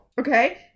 okay